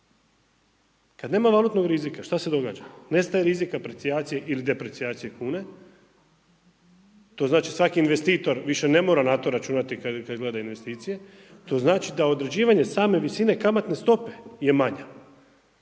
kada nema valutnog rizika šta se događa? Nestaje rizika, aprecijacije ili deprecijacije kune, to znači svaki investitor više ne mora na to računati kada gleda investicije, to znači da određivanje same visine kamatne stope je manje